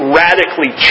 radically